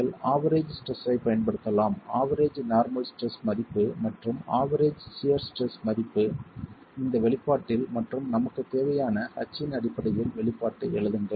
நீங்கள் average stress ஐப் பயன்படுத்தலாம் ஆவெரேஜ் நார்மல் ஸ்ட்ரெஸ் மதிப்பு மற்றும் ஆவெரேஜ் சியர் ஸ்ட்ரெஸ் மதிப்பு இந்த வெளிப்பாட்டில் மற்றும் நமக்குத் தேவையான H இன் அடிப்படையில் வெளிப்பாட்டை எழுதுங்கள்